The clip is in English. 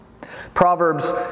Proverbs